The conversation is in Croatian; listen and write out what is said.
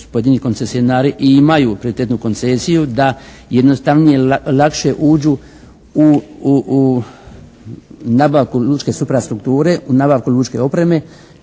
i imaju prioritetnu koncesiju da jednostavnije i lakše uđu u nabavku lučke suprastrukture, u nabavku lučke opreme